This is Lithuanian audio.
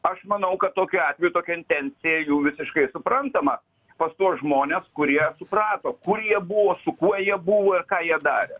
aš manau kad tokiu atveju tokia intencija jų visiškai suprantama pas tuos žmones kurie suprato kur jie buvo su kuo jie buvo ir ką jie darė